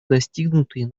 достигнутые